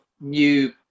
new